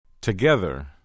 Together